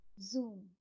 Zoom